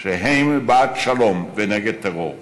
שהם בעד שלום ונגד טרור,